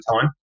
time